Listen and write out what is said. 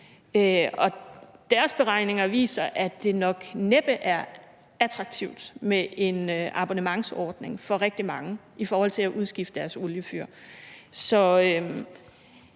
deres beregninger viser, at det nok næppe er attraktivt med en abonnementsordning for rigtig mange i forhold til at udskifte deres oliefyr.